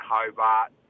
Hobart